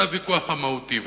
זה הוויכוח המהותי.